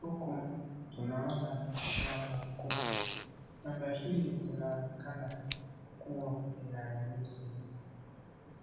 Huku tuna ona shamba kubwa, shamba hili lina onekana lina ndizi,